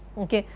ok,